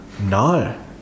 no